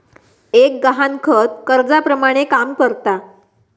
एक गहाणखत कर्जाप्रमाणे काम करता